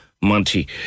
Monty